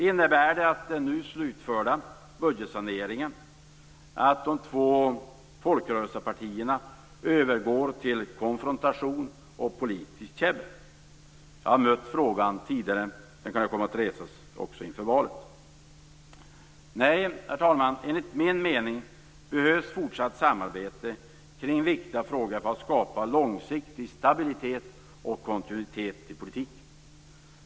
Innebär den nu slutförda budgetsaneringen att de två folkrörelsepartierna övergår till konfrontation och politiskt käbbel? Jag har mött frågan tidigare, och den kan komma att resas också inför valet. Nej, herr talman, enligt min mening behövs fortsatt samarbete kring viktiga frågor för att skapa långsiktig stabilitet och kontinuitet i politiken.